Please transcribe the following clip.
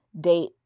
date